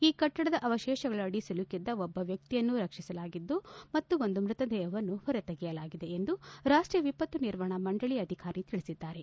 ಈ ಕಟ್ಟಡದ ಅವಶೇಷಗಳ ಅಡಿ ಸಿಲುಕಿರುವ ಒಬ್ಬ ವ್ಯಕ್ತಿಯನ್ನು ರಕ್ಷಿಸಲಾಗಿದ್ದು ಒಂದು ಮೃಶದೇಹವನ್ನು ಹೊರತೆಗೆಯಲಾಗಿದೆ ಎಂದು ರಾಷ್ಟೀಯ ವಿಪತ್ತು ನಿರ್ವಹಣಾ ಮಂಡಳಿ ಅಧಿಕಾರಿ ತಿಳಿಸಿದ್ದಾರೆ